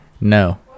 No